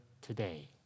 today